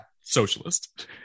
socialist